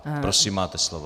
Prosím, máte slovo.